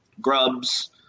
grubs